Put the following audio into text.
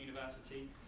University